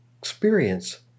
experience